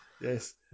yes